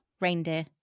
reindeer